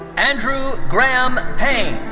andrew graham payne.